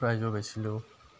প্ৰাইজো পাইছিলোঁ